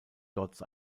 dort